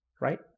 Right